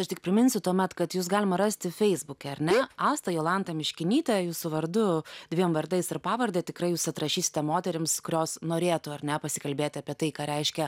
aš tik priminsiu tuomet kad jus galima rasti feisbuke ar ne asta jolanta miškinytė jūsų vardu dviem vardais ir pavarde tikrai jūs atrašysite moterims kurios norėtų ar ne pasikalbėti apie tai ką reiškia